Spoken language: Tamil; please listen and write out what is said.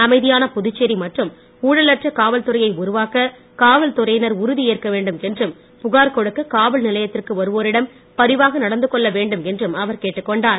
அமைதியான புதுச்சேரி மற்றும் ஊழலற்ற காவல்துறையை உருவாக்க காவல்துறையினர் உறுதி ஏற்கவேண்டும் என்றும் புகார் கொடுக்க காவல்நிலையத்திற்கு வருவோரிடம் பரிவாக நடந்துகொள்ள வேண்டும் என்றும் அவர் கேட்டுக்கொண்டார்